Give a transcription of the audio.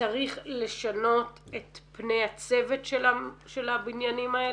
צריך לשנות את פני הצוות של הבניינים האלה?